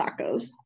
tacos